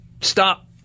stop